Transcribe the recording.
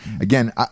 Again